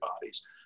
bodies